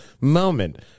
moment